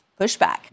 pushback